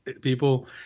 people